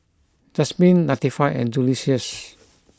Jasmyn Latifah and Julious